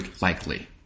likely